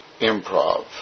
improv